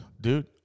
Dude